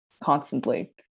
constantly